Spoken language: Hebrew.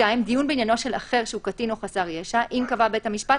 "(2)דיון בעניינו של אחר שהוא קטין או חסר ישע אם קבע בית המשפט